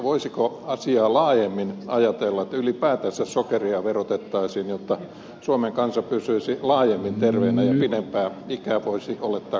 voisiko asiaa laajemmin ajatella että ylipäätänsä sokeria verotettaisiin jotta suomen kansa pysyisi laajemmin terveenä ja pidempää ikää voisi olettaa kaikilta kansalaisilta